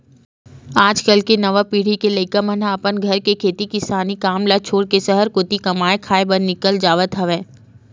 आज कल के नवा पीढ़ी के लइका मन ह अपन घर के खेती किसानी काम ल छोड़ के सहर कोती कमाए खाए बर निकल जावत हवय